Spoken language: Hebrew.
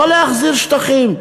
לא להחזיר שטחים,